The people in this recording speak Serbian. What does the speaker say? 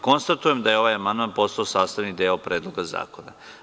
Konstatujem da je ovaj amandman postao sastavni deo Predloga zakona.